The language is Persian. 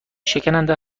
شکننده